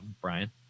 Brian